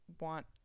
want